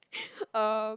uh